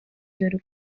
dore